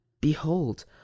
Behold